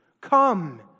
come